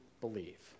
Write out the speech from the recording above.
believe